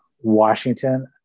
Washington